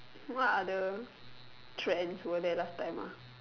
what other trends were there last time ah